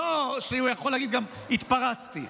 לא יכול לומר: התפרצתי.